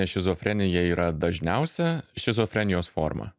šizofrenija yra dažniausia šizofrenijos forma